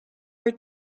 are